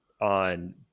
on